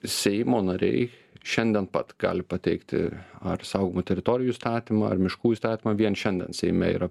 seimo nariai šiandien pat gali pateikti ar saugomų teritorijų įstatymą ar miškų įstatymą vien šiandien seime yra